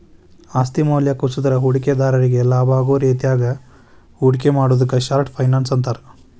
ಆಸ್ತಿ ಮೌಲ್ಯ ಕುಸದ್ರ ಹೂಡಿಕೆದಾರ್ರಿಗಿ ಲಾಭಾಗೋ ರೇತ್ಯಾಗ ಹೂಡಿಕೆ ಮಾಡುದಕ್ಕ ಶಾರ್ಟ್ ಫೈನಾನ್ಸ್ ಅಂತಾರ